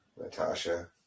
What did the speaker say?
Natasha